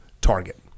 target